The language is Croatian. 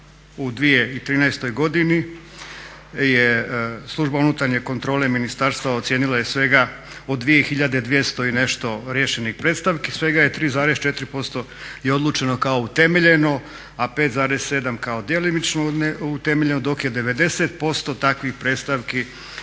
U 2013. godini je Služba unutarnje kontrole ministarstva ocijenilo je svega od 2 hiljade 200 i nešto riješenih predstavki, svega je 3,4% je odlučeno ka utemeljeno, a 5,7 kao djelimično neutemeljeno dok je 90% takvih predstavki